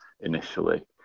initially